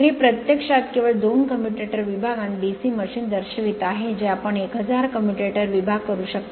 तर हे प्रत्यक्षात केवळ दोन कम्युटेटर विभाग आणि DC मशीन दर्शवित आहे जे आपण 1000 कम्युटेटर विभाग करू शकता